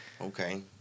Okay